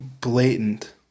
blatant